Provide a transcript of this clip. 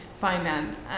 finance